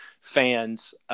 fans –